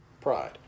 pride